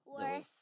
Worse